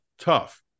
tough